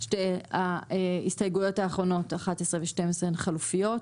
שתי ההסתייגויות האחרונות, 11 ו-12, הן חלופיות.